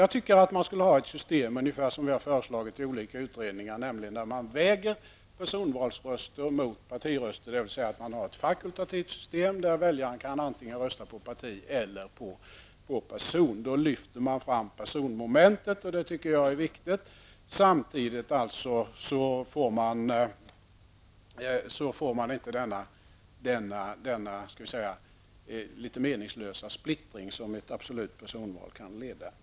Jag tycker att man skall ha ett sådant system som vi har föreslagit i olika utredningar. Man skall väga personvalsröster mot partiröster, dvs. ett fakultativt system där väljaren kan rösta på parti eller på person. Då lyfter man fram personmomentet. Det tycker jag är viktigt. Samtidigt får man inte den meningslösa splittring som ett absolut personval kan leda till.